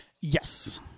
Yes